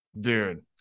Dude